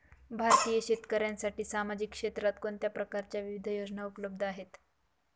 भारतीय शेतकऱ्यांसाठी सामाजिक क्षेत्रात कोणत्या प्रकारच्या विविध योजना उपलब्ध आहेत?